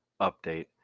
Update